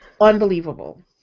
unbelievable